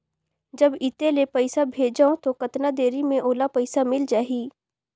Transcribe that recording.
जब इत्ते ले पइसा भेजवं तो कतना देरी मे ओला पइसा मिल जाही?